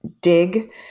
dig